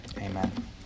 Amen